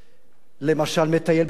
למשל מטייל בקמבודיה,